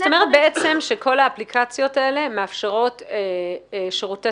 בעצם כל האפליקציות האלה מאפשרות שירותי